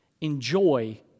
enjoy